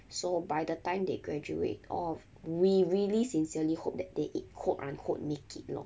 so by the time they graduate all of we really sincerely hope that they i~ quote unquote make it lor